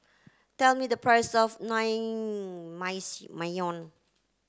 tell me the price of